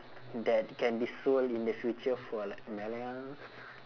that can be sold in the future for like millions